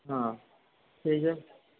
হ্যাঁ সেই